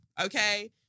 Okay